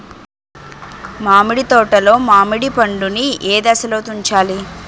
మామిడి తోటలో మామిడి పండు నీ ఏదశలో తుంచాలి?